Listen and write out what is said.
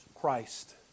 Christ